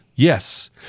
Yes